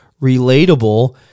relatable